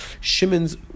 Shimon's